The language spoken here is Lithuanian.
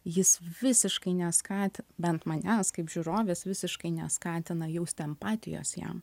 jis visiškai neskatina bent manęs kaip žiūrovės visiškai neskatina jausti empatijos jam